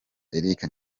eric